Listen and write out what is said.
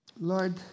Lord